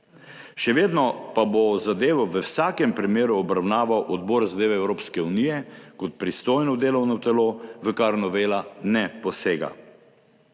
Še vedno pa bo zadevo v vsakem primeru obravnaval Odbor za zadeve Evropske unije kot pristojno delovno telo, v kar novela ne posega.